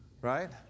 Right